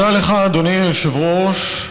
תודה לך, אדוני היושב-ראש.